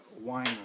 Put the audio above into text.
wine